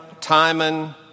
Timon